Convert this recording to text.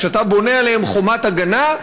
כשאתה בונה עליהם חומת הגנה,